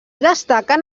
destaquen